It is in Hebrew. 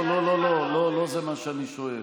לא לא, לא זה מה שאני שואל.